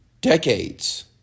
decades